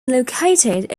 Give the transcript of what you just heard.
located